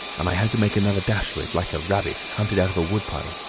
and i had to make another dash for it, like a rabbit hunted out of a wood-pile.